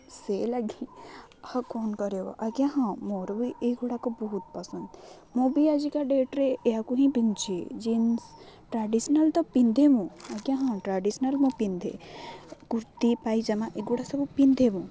ସେ ଲାଗି ଆଉ କ'ଣ କରିହେବ ଆଜ୍ଞା ହଁ ମୋର ବି ଏଇଗୁଡ଼ାକ ବହୁତ ପସନ୍ଦ ମୁଁ ବି ଆଜିକା ଡେଟ୍ରେ ଏହାକୁ ହିଁ ପିନ୍ଧୁଛି ଜିନ୍ସ ଟ୍ରାଡିସ୍ନାଲ୍ ତ ପିନ୍ଧେ ମୁୁଁ ଆଜ୍ଞା ହଁ ଟ୍ରାଡିସ୍ନାଲ୍ ମୁଁ ପିନ୍ଧେ କୁର୍ତ୍ତିୀ ପାଇଜାମା ଏଗୁଡ଼ା ସବୁ ପିନ୍ଧେ ମୁଁ